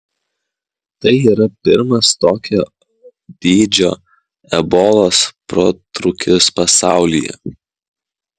tai yra pirmas tokio dydžio ebolos protrūkis pasaulyje